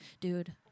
dude